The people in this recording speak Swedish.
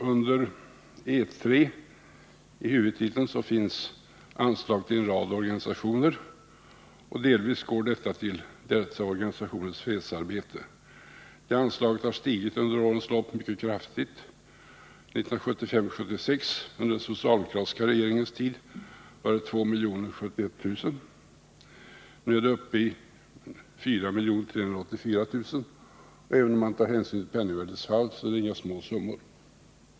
Under E 3 i huvudtiteln finns anslag till en rad organisationer, och delvis går pengarna till dessa organisationers fredsarbete. Anslaget har under årens lopp stigit mycket kraftigt. 1975/76, under den socialdemokratiska regeringens tid, var det 2 071 000 — nu är det uppe i 4 384 000, och även om man tar 31 hänsyn till penningvärdets fall är det inga små summor.